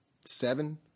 seven